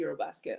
Eurobasket